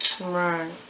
Right